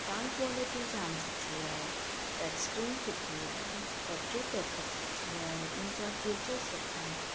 sound quality जाम सुठी आहे टच स्क्रीन सुठी आहे बैट्री पैकअप सुठी आहे हुनजा फ़ीचर्स सुठा आहिनि